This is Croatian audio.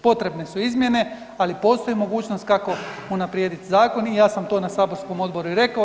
Potrebne su izmjene, ali postoji mogućnost kako unaprijedit zakon i ja sam to na saborskom odboru i rekao.